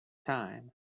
time